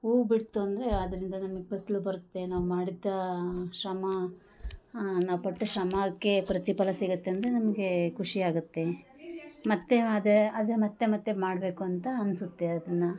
ಹೂ ಬಿಡ್ತು ಅಂದರೆ ಅದರಿಂದ ನಮಗೆ ಫಸ್ಲು ಬರುತ್ತೆ ನಾವು ಮಾಡಿದ್ದಾ ಶ್ರಮ ನಾವು ಪಟ್ಟ ಶ್ರಮಕ್ಕೆ ಪ್ರತಿಫಲ ಸಿಗುತ್ತೆ ಅಂದರೆ ನಮಗೆ ಖುಷಿಯಾಗುತ್ತೆ ಮತ್ತು ಅದೇ ಅದೇ ಮತ್ತು ಮತ್ತು ಮಾಡಬೇಕು ಅಂತ ಅನಿಸುತ್ತೆ ಅದನ್ನು